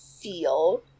feel